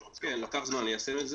כן, לקח זמן ליישם את זה,